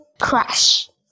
crash